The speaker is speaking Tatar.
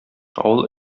авыл